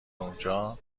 انجام